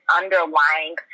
underlying